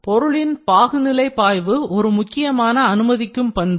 பொருளின் பாகுநிலை பாய்வு ஒரு முக்கியமான அனுமதிக்கும் பண்பு